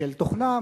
בשל תוכנם,